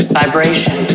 vibration